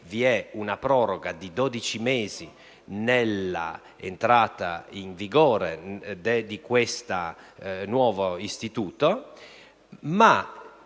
vi è una proroga di 12 mesi nell'entrata in vigore di questo nuovo istituto, ma